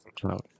cloud